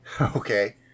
Okay